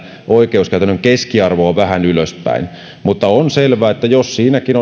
oikeuskäytännön keskiarvoa vähän ylöspäin on selvää että jos siinäkin